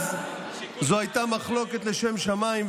אז זאת הייתה מחלוקת לשם שמיים,